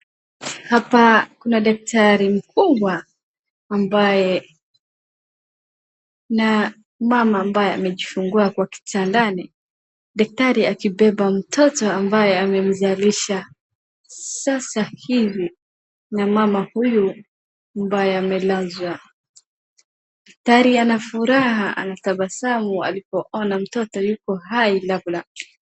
Hapa kuna daktari mkubwa na mama ambaye amejifungua kwa kitandani. Daktari akibeba mtoto ambaye amemzalisha sasa hivi na mama huyu ambaye amelazwa. Daktari ana furaha anatabasamu alipoona mtoto yupo hai.